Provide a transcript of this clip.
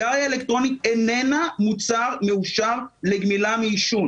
הנוזל לסיגריה אלקטרונית מורכב מכמה מרכיבים,